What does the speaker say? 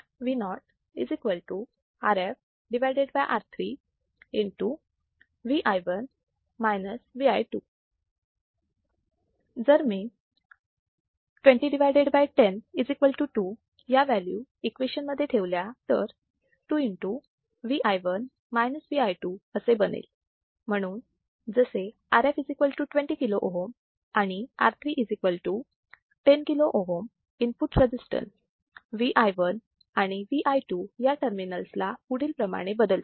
जर मी 20 10 2 या व्हॅल्यू इक्वेशन मध्ये ठेवल्या तर 2 असे बनेल म्हणून जसे Rf 20 kilo ohm आणि R3 10 kilo ohm input resistance VI1 आणि VI2 या टर्मिनसला पुढील प्रमाणे बदलतील